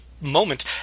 moment